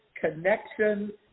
connection